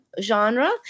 genre